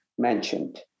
mentioned